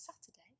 Saturday